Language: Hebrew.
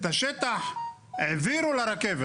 את השטח העבירו לרכבת.